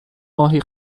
ماهی